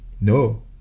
No